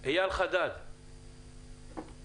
זה ה"דיזסטר" המפחיד ביותר בעולם של מוניטין, של